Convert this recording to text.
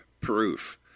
proof